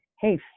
hey